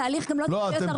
התהליך גם לא צריך להיות ארוך.